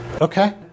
Okay